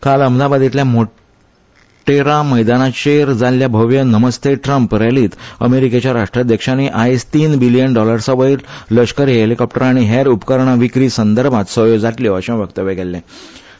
काल अहमादाबादेतला मोटेरा मैदानाचेर जाल्ल्या भव्य नमस्ते ट्रम्प रॅलित अमेरीकेच्या राष्ट्रध्यक्षानी आयज तीन बिलियन डॉलर्सावयर लष्करी हेलिकोप्टरा आनी हेर उपकरणा विक्री संदर्भात सयो जातल्यो अशे वक्तव्य केछ्ठे